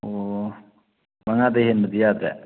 ꯑꯣ ꯃꯉꯥꯗꯒꯤ ꯍꯦꯟꯕꯗꯤ ꯌꯥꯗ꯭ꯔꯦ